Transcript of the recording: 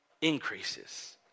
increases